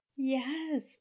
Yes